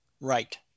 right